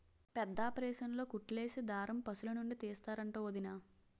పెద్దాపరేసన్లో కుట్లేసే దారం పశులనుండి తీస్తరంట వొదినా